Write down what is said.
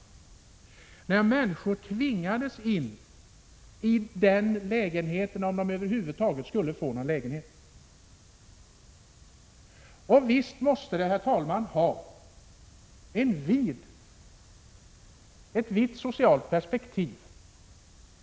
Då tvingades människor in i en bestämd lägenhet, om de över huvud taget skulle få någon. Nog måste, herr talman, de frågor det här rör sig om ses i ett vitt socialt perspektiv.